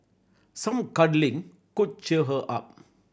some cuddling could cheer her up